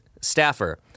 staffer